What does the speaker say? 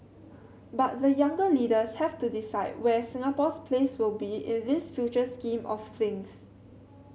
but the younger leaders have to decide where Singapore's place will be in this future scheme of things